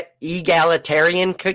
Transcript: Egalitarian